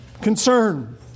concern